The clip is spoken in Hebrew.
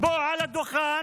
פה על הדוכן,